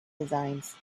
designs